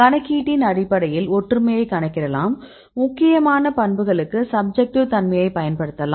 கணக்கீட்டின் அடிப்படையில் ஒற்றுமையை கணக்கிடலாம் முக்கியமான பண்புகளுக்கு சப்ஜெக்ட்டிவ் தன்மையை பயன்படுத்தலாம்